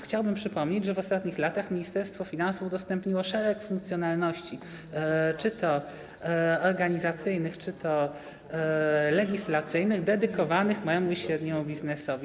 Chciałbym przypomnieć, że w ostatnich latach Ministerstwo Finansów udostępniło szereg funkcjonalności, czy to organizacyjnych, czy to legislacyjnych, dedykowanych małemu i średniemu biznesowi.